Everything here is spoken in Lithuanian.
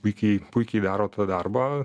puikiai puikiai daro tą darbą